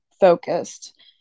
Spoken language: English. focused